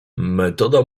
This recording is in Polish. metoda